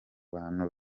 bantu